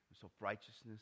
self-righteousness